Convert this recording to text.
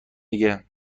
دیگه